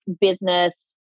business